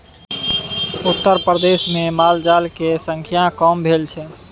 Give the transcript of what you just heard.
उत्तरप्रदेशमे मालजाल केर संख्या कम भेल छै